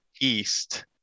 East